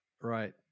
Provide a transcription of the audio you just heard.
Right